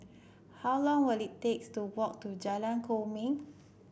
how long will it takes to walk to Jalan Kwok Min